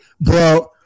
bro